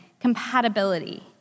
compatibility